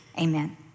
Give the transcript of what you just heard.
Amen